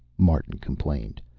martin complained.